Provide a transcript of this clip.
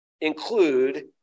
include